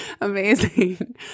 Amazing